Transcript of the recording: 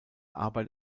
arbeit